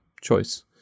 choice